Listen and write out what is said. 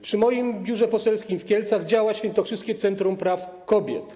Przy moim biurze poselskim w Kielcach działa świętokrzyskie Centrum Praw Kobiet.